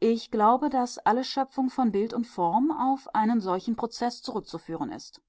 ich glaube daß alle schöpfung von bild und form auf einen solchen prozeß zurückzuführen ist